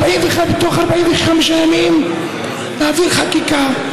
בתוך 45 ימים נעביר חקיקה,